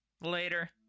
Later